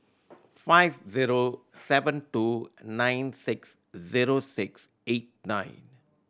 five zero seven two nine six zero six eight nine